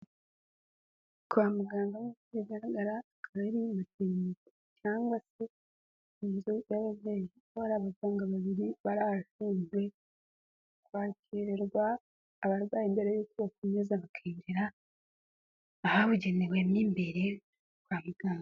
Kwa muganga, nkuko bigaragara akaba ari materinite cyangwa se inzu y'ababyeyi, kuko hari abaganga bari ahakunze kwakirirwa abarwayi mbere y'uko bakomeza bakinjira ahabugenewe mo imbere kwa muganga.